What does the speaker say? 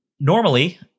Normally